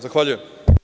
Zahvaljujem.